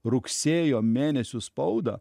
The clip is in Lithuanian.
rugsėjo mėnesių spaudą